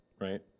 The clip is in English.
right